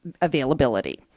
availability